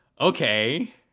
okay